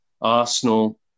Arsenal